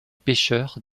pêcheurs